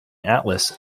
atlas